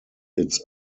its